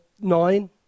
nine